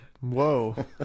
Whoa